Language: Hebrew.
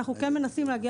ואנחנו מנסים להגיע